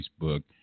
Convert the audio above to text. Facebook